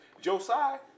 Josiah